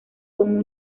con